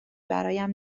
برایم